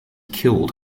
killed